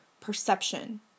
perception